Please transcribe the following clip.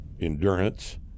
endurance